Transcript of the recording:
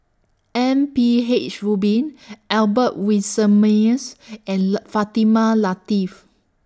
M P H Rubin Albert Winsemius and Fatimah Lateef